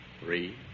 three